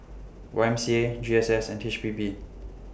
Y M C A G S S and H P B